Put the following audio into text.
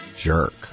jerk